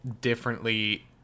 differently